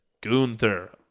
Gunther